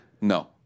No